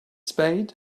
spade